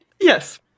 Yes